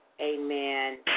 Amen